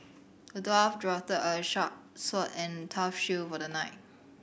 the dwarf drafted a sharp sword and a tough shield for the knight